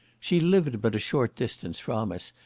she lived but a short distance from us,